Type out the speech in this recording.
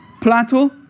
Plato